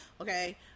okay